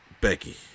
Becky